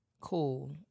Cool